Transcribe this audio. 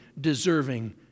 deserving